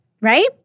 Right